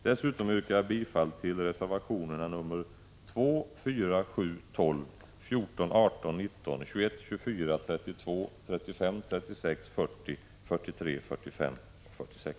Dessutom yrkar jag bifall till reservationerna 2, 4, 7, 12, 14, 18, 19, 21, 24, 32, 35, 36, 40, 43, 45 och 46.